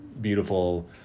beautiful